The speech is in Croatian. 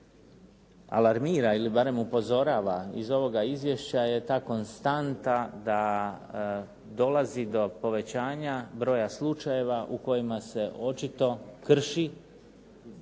alarmira ili barem upozorava iz ovoga izvješća je ta konstanta da dolazi do povećanja broja slučajeva u kojima se očito krši